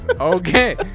okay